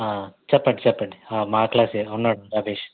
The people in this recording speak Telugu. చెప్పండి చెప్పండి మా క్లాసే ఉన్నాడు రమేష్